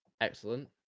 excellent